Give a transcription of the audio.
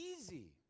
easy